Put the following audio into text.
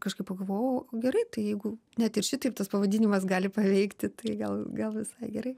kažkaip pagalvojau gerai tai jeigu net ir šitaip tas pavadinimas gali paveikti tai gal gal visai gerai